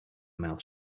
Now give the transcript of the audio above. mouth